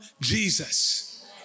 Jesus